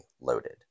loaded